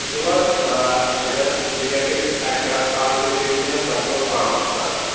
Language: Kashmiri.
وُچھو حظ آ اَگر ریٹ گژھِ اکہِ اکھ گٲڑۍ پیٚیِو تۅہہِ لگ بھگ پانٛژھ ترٛہ ساس